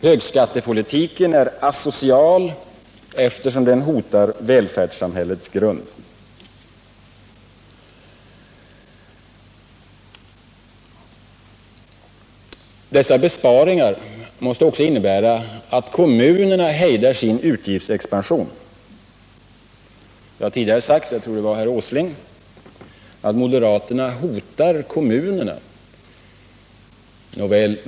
Högskattepolitiken är asocial, eftersom den hotar välfärdssamhällets grund. Dessa besparingar måste också innebära att kommunerna hejdar sin utgiftsexpansion. Det har tidigare sagts — jag tror att det var av herr Åsling — att moderaterna hotar kommunerna.